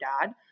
dad